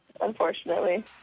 unfortunately